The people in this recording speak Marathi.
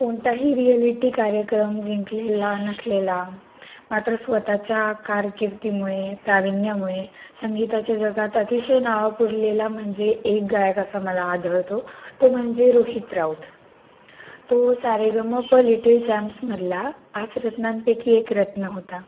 कोणताही रियालिटी कार्यक्रम जिंकलेला नसलेला मात्र स्वत च्या कारकिर्दीमुळे प्राविण्यामुळे संगीताच्या जगात अतिशय नावा पुरलेला म्हणजे एक गायक असा मला आढळतो तो म्हणजे रोहित राऊत तो सारेगमप लिटिल चॅम्समधला पाच रत्नांपैकी एक रत्न होता